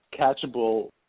catchable